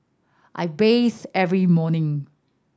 I bathe every morning